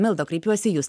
milda kreipiuosi į jus